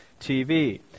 TV